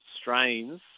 strains